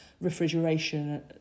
refrigeration